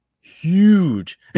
huge